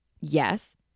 Yes